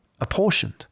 apportioned